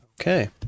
Okay